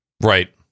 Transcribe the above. Right